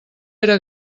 era